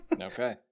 Okay